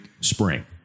spring